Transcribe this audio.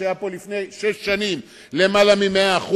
שלפני שש שנים היה פה למעלה מ-100%,